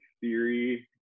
theory